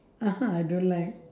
ah ha I don't like